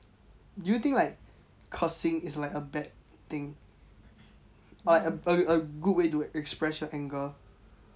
do you think like cursing is like a bad thing a a good way to express your anger